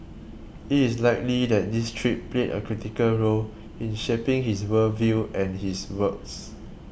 it is likely that this trip played a critical role in shaping his world view and his works